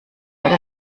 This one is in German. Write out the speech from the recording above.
oder